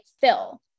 fill